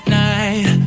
night